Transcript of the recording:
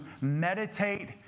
meditate